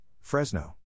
Fresno